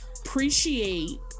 Appreciate